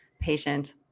patient